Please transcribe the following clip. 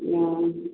हूँ